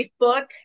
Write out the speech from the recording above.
Facebook